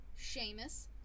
Seamus